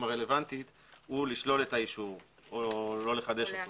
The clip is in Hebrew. הרלוונטית הוא לשלול את האישור או לא לחדשו.